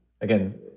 Again